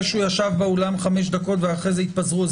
זה שהוא ישב באולם חמש דקות ואחרי זה התפזרו,